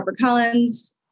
HarperCollins